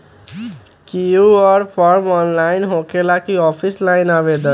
QR form online होकेला कि offline आवेदन?